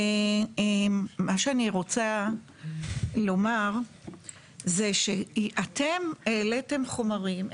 מה שאני רוצה לומר זה שאתם העליתם חומרים,